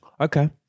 Okay